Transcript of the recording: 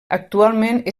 actualment